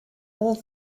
all